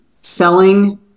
selling